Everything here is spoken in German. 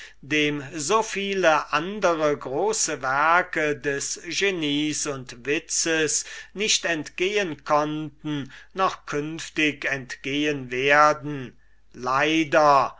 dem so viele andere große werke des genies und witzes nicht entgehen konnten noch künftig entgehen werden leider